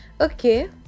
okay